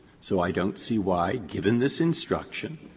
so i don't see why, given this instruction,